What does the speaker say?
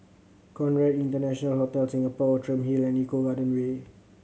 Conrad International Hotel Singapore Outram Hill and Eco Garden Way